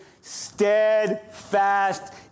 steadfast